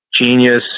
genius